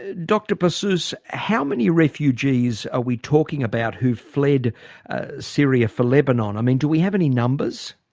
ah dr bassous how many refugees are we talking about who've fled syria for lebanon? i mean, do we have any numbers?